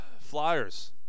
Flyers